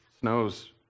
Snow's